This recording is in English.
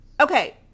okay